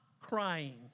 crying